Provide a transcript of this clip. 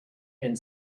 and